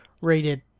rated